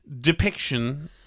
depiction